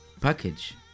package